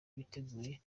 biteguye